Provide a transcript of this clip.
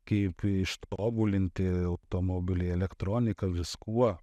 kaip ištobulinti automobiliai elektronika viskuo